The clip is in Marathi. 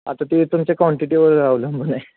आता ते तुमच्या कॉन्टिटीवर अवलंबून आहे